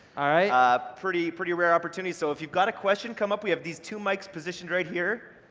alright. ah pretty pretty rare opportunity so, if you've got a question, come up, we have these two mics positioned right here.